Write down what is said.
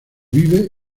vive